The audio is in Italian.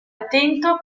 attento